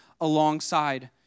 alongside